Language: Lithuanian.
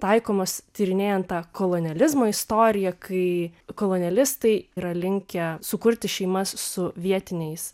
taikomas tyrinėjant tą kolonializmo istoriją kai kolonialistai yra linkę sukurti šeimas su vietiniais